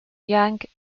yang